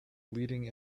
leading